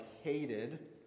hated